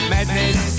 Madness